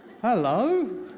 hello